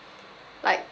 like